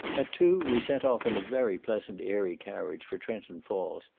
at two, we set off in a very pleasant airy carriage for trenton falls,